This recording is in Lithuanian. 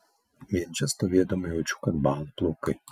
vien čia stovėdama jaučiu kad bąla plaukai